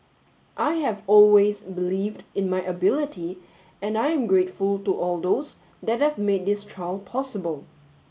I have always believed in my ability and I am grateful to all those that have made this trial possible